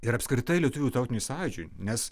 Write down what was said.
ir apskritai lietuvių tautiniui sąjūdžiui nes